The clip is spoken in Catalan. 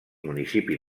municipi